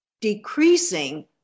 decreasing